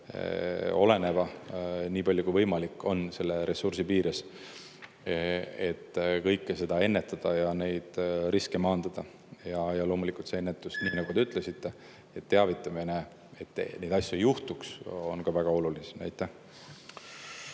oleneva, nii palju kui võimalik on selle ressursi piires, et kõike seda ennetada ja neid riske maandada. Ja loomulikult see ennetus, nii nagu te ütlesite, teavitamine, et neid asju ei juhtuks, on ka väga oluline.